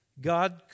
God